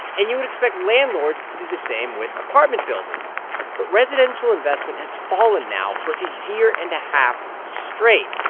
and you would expect landlords to do the same with apartment buildings but residential investment has fallen now for a year and a half straight,